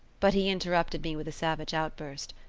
but he interrupted me with a savage outburst.